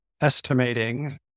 estimating